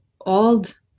old